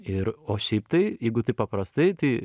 ir o šiaip tai jeigu taip paprastai tai